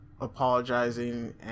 apologizing